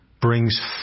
brings